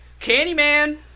Candyman